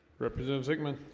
represent sigmund,